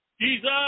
Jesus